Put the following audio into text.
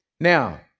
Now